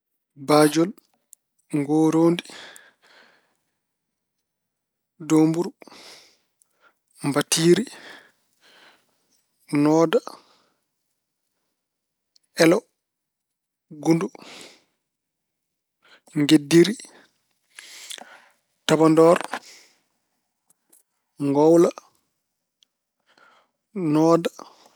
Baajol, ngooroodi, doomburu, mbatiiri, nooda, elo, gundo, ngeddiri, tabandor, ngowla, nooda.